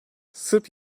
sırp